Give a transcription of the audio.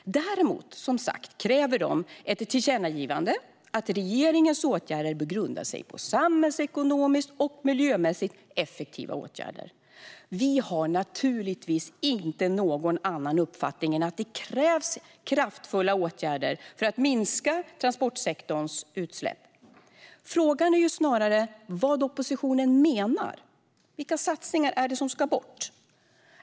Däremot kräver de i ett tillkännagivande att regeringens åtgärder ska grunda sig på samhällsekonomiskt och miljömässigt effektiva åtgärder. Vi har naturligtvis inte någon annan uppfattning än att det krävs kraftfulla åtgärder för att minska transportsektorns klimatpåverkan. Frågan är snarare vad oppositionen menar. Vilka satsningar är det som ska bort?